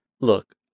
Look